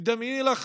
תדמייני לך,